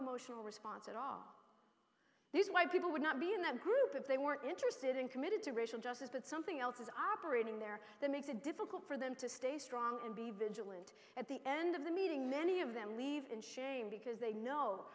emotional response at all these white people would not be in that group if they weren't interested and committed to racial justice but something else is operating there that makes it difficult for them to stay strong and be vigilant at the end of the meeting many of them leave in shame because they know